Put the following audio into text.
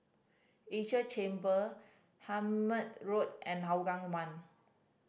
Esia Chamber Hemmant Road and Hougang One